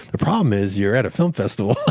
the problem is you're at a film festival.